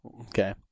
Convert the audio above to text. Okay